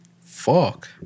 Fuck